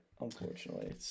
unfortunately